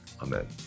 Amen